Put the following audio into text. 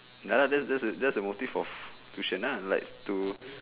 ah that's that's the motive of tuition nah likes to